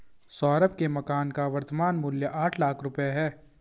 सौरभ के मकान का वर्तमान मूल्य आठ लाख रुपये है